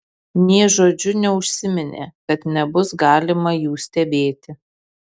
nė žodžiu neužsiminė kad nebus galima jų stebėti